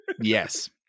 yes